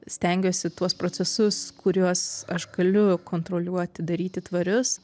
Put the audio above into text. stengiuosi tuos procesus kuriuos aš galiu kontroliuoti daryti tvarius